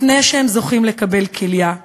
לפני שהם זוכים לקבל כליה,